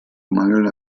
mangel